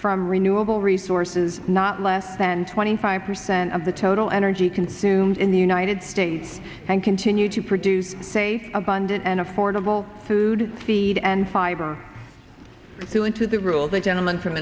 from renewable resources not less than twenty five percent of the total energy consumed in the united states and continue to produce say abundant and affordable food feed and fiber through into the rules a gentleman from